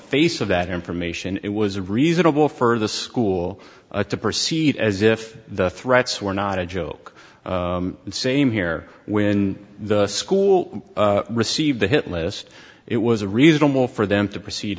face of that information it was reasonable for the school to proceed as if the threats were not a joke and same here when the school received the hit list it was a reasonable for them to proceed